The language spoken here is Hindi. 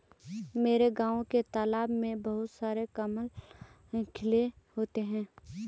मेरे गांव के तालाब में बहुत सारे कमल खिले होते हैं